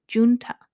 Junta